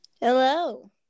Hello